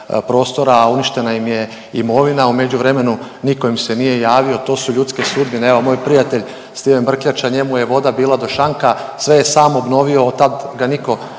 uništena im je imovina. U međuvremenu nitko im se nije javio, to su ljudske sudbine evo moj prijatelj Stiven Brkljača njemu je voda bila do šanka, sve je sam obnovio od tad ga niko